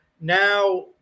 now